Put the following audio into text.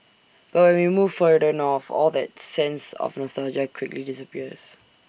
but when we move further north all that sense of nostalgia quickly disappears